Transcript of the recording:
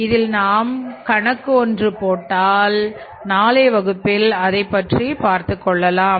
இன்று நாம் இதில் கணக்கு ஒன்றும் போடப் போவதில்லை நாளைய வகுப்பில் அதைப்பற்றி பார்த்துக்கொள்ளலாம்